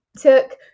took